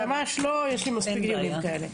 יש לי מספיק דיונים כאלה.